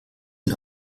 ihn